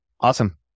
awesome